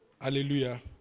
Hallelujah